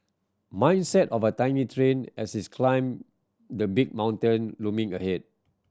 mindset of tiny train as is climbed the big mountain looming ahead